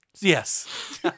Yes